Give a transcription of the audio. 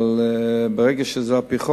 אבל ברגע שזה על-פי חוק,